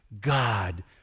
God